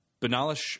Banalish